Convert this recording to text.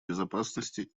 безопасности